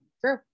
True